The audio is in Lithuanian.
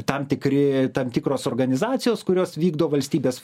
tam tikri tam tikros organizacijos kurios vykdo valstybės